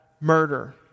murder